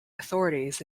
authorities